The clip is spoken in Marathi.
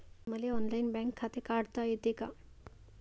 मले ऑनलाईन बँक खाते काढता येते का?